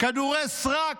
בכדורי סרק.